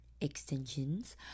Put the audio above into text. Extensions